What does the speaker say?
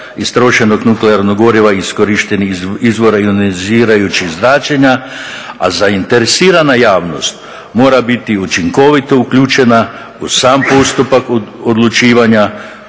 iskorištenog nuklearnog goriva i iskorištenih izvora ionizirajućih zračenja, a zainteresirana javnost mora biti učinkovito uključena u sam postupak odlučivanja